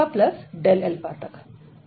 यह लिमिट की प्रॉपर्टी है